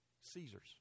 Caesars